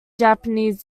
japanese